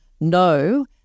No